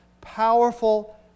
powerful